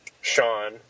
Sean